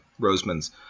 Roseman's